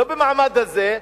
לא במעמד הזה,